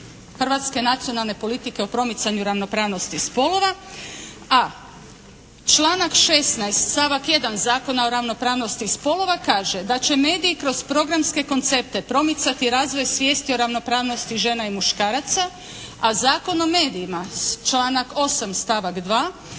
Hrvatske nacionalne politike o promicanju ravnopravnosti spolova. A članak 16. stavak 1. Zakona o ravnopravnosti spolova kaže da će mediji kroz programske koncepte promicati razvoj svijesti o ravnopravnosti žena i muškaraca a Zakon o medijima članak 8. stavak 2.